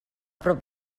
prop